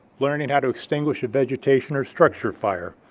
learning how to extinguish a vegetation or structure fire?